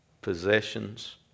possessions